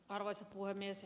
arvoisa puhemies